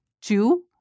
two